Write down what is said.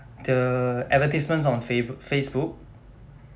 the advertisements on fabo~ Facebook